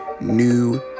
new